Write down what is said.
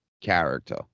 character